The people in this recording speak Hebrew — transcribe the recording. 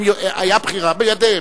היתה בחירה בידיהם?